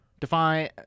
Define